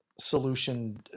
solution